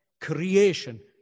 creation